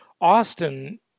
Austin